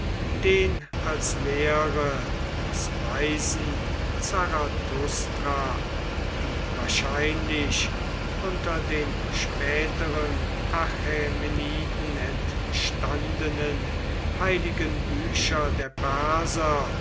den als lehre des weisen zarathustra die wahrscheinlich unter den späteren achämeniden entstandenen heiligen bücher der perser